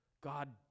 God